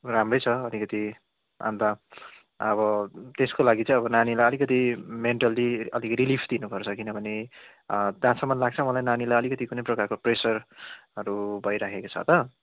राम्रै छ अलिकति अन्त अब त्यसको लागि चै नानीलाई अलिकति मेन्टली अलिकति रिलिफ दिनुपर्छ किनभने जँहासम्म लाग्छ मलाई नानीलाई अलिकति प्रेसरहरू भइरहेको छ त